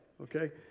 okay